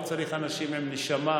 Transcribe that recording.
פה צריך אנשים עם נשמה,